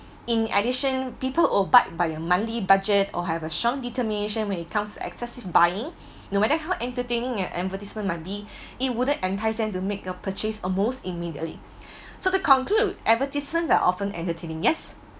in addition people abide by a monthly budget or have a strong determination when it comes to excessive buying no matter how entertaining a advertisement might be it wouldn't entice them to make a purchase almost immediately so to conclude advertisement that often entertaining yes